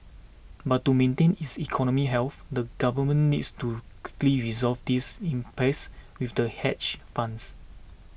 but to maintain its economic health the government needs to quickly resolve this impasse with the hedge funds